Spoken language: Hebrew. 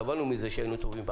סבלנו מזה שהיינו טובים בעסקים.